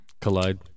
Collide